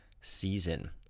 season